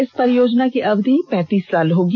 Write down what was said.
इस परियोजना की अवधि पैंतीस साल होगी